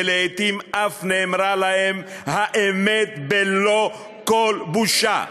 ולעתים אף נאמרה להן האמת בלא כל בושה.